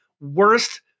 worst